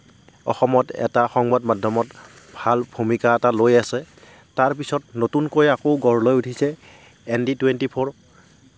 অসমত এটা সংবাদ মাধ্যমত ভাল ভূমিকা এটা লৈ আছে তাৰপিছত নতুনকৈ আকৌ গঢ় লৈ উঠিছে এন ডি টুৱেণ্টি ফ'ৰ